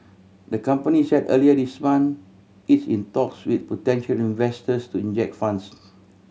the company said earlier this month it's in talks with potential investors to inject funds